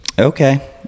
Okay